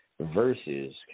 versus